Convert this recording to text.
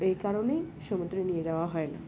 এই কারণেই সমুদ্রে নিয়ে যাওয়া হয় না